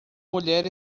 mulher